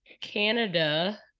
Canada